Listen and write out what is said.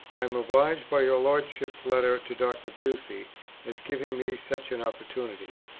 i am obliged by your lordship's letter to dr. pusey as giving me such an opportunity.